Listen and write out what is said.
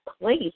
place